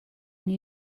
new